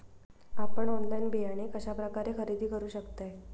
आपन ऑनलाइन बियाणे कश्या प्रकारे खरेदी करू शकतय?